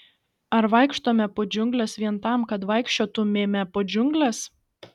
ar vaikštome po džiungles vien tam kad vaikščiotumėme po džiungles